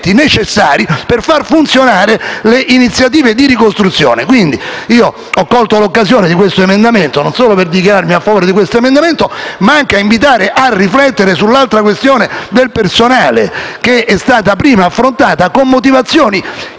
per far funzionare le iniziative di ricostruzione. Pertanto, ho colto l'occasione di questo emendamento non solo per dichiararmi a favore, ma anche per invitare a riflettere sull'altra questione inerente al personale, che è stata prima affrontata con motivazioni infondate